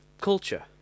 culture